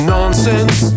Nonsense